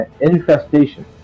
Infestation